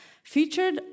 featured